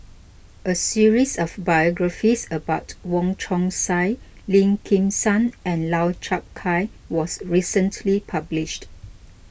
a series of biographies about Wong Chong Sai Lim Kim San and Lau Chiap Khai was recently published